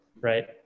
Right